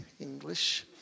English